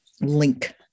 link